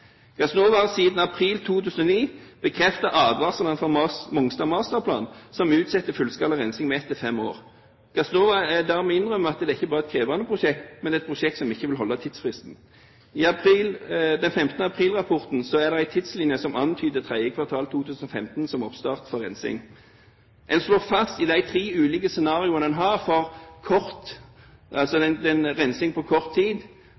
siden april 2009 bekreftet advarslene fra Masterplan Mongstad, som utsetter fullskala rensing med 1–5 år. Gassnova må innrømme at dette ikke bare er et krevende prosjekt, men det er et prosjekt som ikke vil holde tidsfristen. I 15. april-rapporten er det en tidslinje som antyder tredje kvartal 2015 som oppstart for rensing. Når det gjelder de tre ulike scenarioene en har for rensing på kort tid,